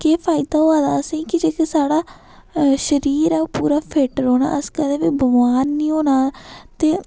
केह् फायदा होआ असेंगी कि जेह्का साढ़ा शरीर ऐ ओह् फिट रौह्ना ओह् कदें बी बमार निं होना ते ओह्